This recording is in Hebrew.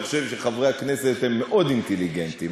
אני חושב שחברי הכנסת הם מאוד אינטליגנטים,